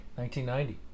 1990